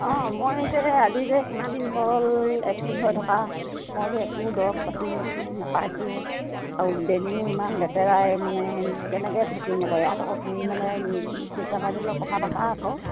অঁ মই যে আজি যে কিমান দিন হ'ল এডমিট হৈ থকা মই যে একো দৰৱ পাতি একো নাপাইছোঁ আৰু বেডিঙো ইমান লেতেৰাই মানে কেনেকৈ থাকিম আকৌ ইয়াত আকৌ তুমি মানে চিষ্টাৰ বাইদউ লগত কথা পাতা আকৌ